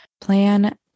plan